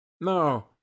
No